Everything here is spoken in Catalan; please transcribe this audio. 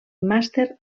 màster